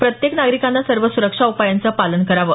प्रत्येक नागरिकाने सर्व सुरक्षा उपायांचं पालन करावं